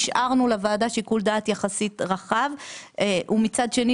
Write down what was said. השארנו לוועדה שיקול דעת יחסית רחב ומצד שני,